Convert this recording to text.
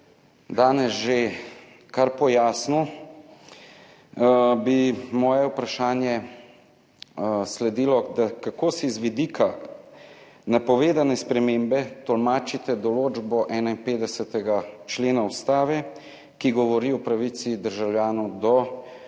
danes že kar pojasnili, bi sledilo moje vprašanje: Kako si z vidika napovedane spremembe tolmačite določbo 51. člena Ustave, ki govori o pravici državljanov do